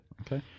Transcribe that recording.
Okay